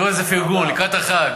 תראו איזה פרגון לקראת החג.